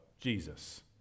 Jesus